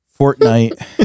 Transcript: Fortnite